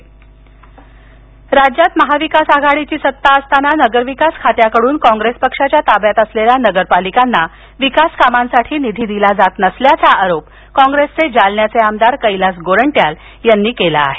निधी राज्यात महाविकास आघाडीची सत्ता असताना नगरविकास खात्याकडून काँप्रेस पक्षाच्या ताब्यात असलेल्या नगरपालिकांना विकास कामांसाठी निधी दिला जात नसल्याचा आरोप काँप्रेसचे जालन्याचे आमदार कैलास गोरंट्याल यांनी केला आहे